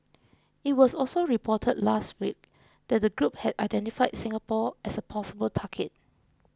it was also reported last week that the group had identified Singapore as a possible target